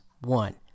one